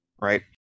right